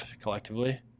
collectively